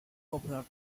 popular